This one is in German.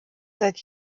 seit